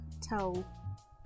tell